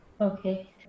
Okay